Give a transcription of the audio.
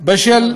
בשל